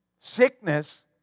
Sickness